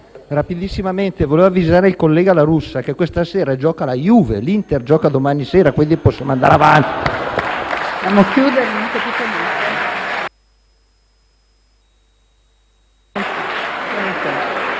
Rapidissimamente volevo avvisare il collega La Russa che questa sera gioca la Juve, mentre l'Inter gioca domani sera. Quindi possiamo andare avanti.